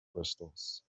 crystals